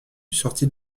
sortit